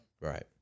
Right